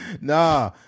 Nah